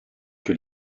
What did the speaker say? que